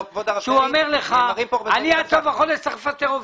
הוא אומר לך שעד סוף החודש הוא צריך לפטר עובדים.